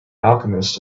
alchemist